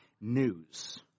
news